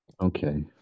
Okay